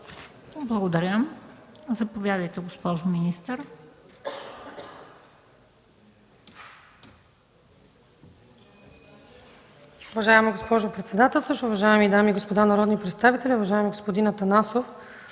Благодаря. Заповядайте, госпожо министър.